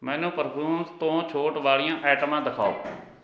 ਮੈਨੂੰ ਪਰਫਿਊਮ ਤੋਂ ਛੋਟ ਵਾਲੀਆਂ ਆਈਟਮਾਂ ਦਿਖਾਓ